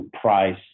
price